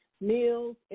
meals